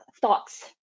thoughts